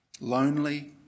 lonely